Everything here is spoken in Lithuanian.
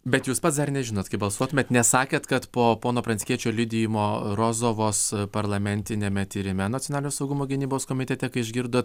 bet jūs pats dar nežinot kaip balsuotumėt nes sakėt kad po pono pranckiečio liudijimo rozovos parlamentiniame tyrime nacionalinio saugumo gynybos komitete kai išgirdot